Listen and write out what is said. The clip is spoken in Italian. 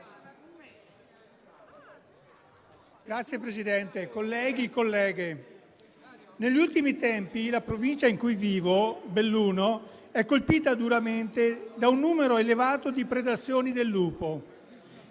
Signor Presidente, colleghe e colleghi, negli ultimi tempi la provincia in cui vivo, Belluno, è colpita duramente da un numero elevato di predazioni del lupo,